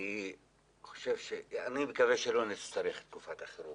אני מקווה שלא נצטרך את תקופת החירום